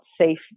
safe